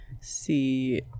see